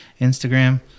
Instagram